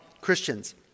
Christians